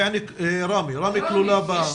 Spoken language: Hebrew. ראמה כלולה.